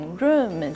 room